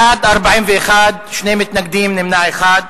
בעד 41, שני מתנגדים, נמנע אחד.